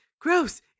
Gross